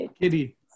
Kitty